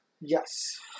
Yes